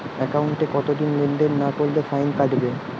একাউন্টে কতদিন লেনদেন না করলে ফাইন কাটবে?